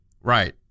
right